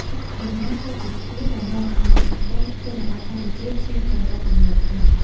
ប្រាក់បញ្ញើគឺជា "ស្ពាន" ដែលនាំឱ្យសហគមន៍ជនបទកម្ពុជាឈានទៅរកទំនើបកម្ម។